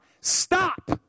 Stop